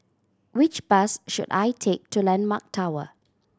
which bus should I take to Landmark Tower